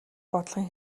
бодлогын